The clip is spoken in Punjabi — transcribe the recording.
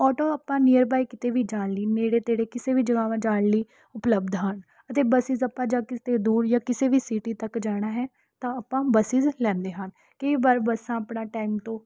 ਆਟੋ ਆਪਾਂ ਨੀਅਰ ਬਾਏ ਕਿਤੇ ਵੀ ਜਾਣ ਲਈ ਨੇੜੇ ਤੇੜੇ ਕਿਸੇ ਵੀ ਜਗ੍ਹਾਵਾਂ ਜਾਣ ਲਈ ਉਪਲਬਧ ਹਨ ਅਤੇ ਬੱਸਿਸ ਆਪਾਂ ਜਦ ਕਿਤੇ ਦੂਰ ਜਾਂ ਕਿਸੇ ਵੀ ਸਿਟੀ ਤੱਕ ਜਾਣਾ ਹੈ ਤਾਂ ਆਪਾਂ ਬੱਸਿਸ ਲੈਂਦੇ ਹਾਂ ਕਈ ਵਾਰ ਬੱਸਾਂ ਆਪਣਾ ਟਾਈਮ ਤੋਂ